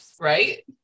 right